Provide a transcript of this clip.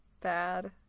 bad